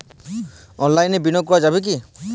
অনলাইনে বিনিয়োগ করা যাবে কি?